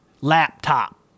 Laptop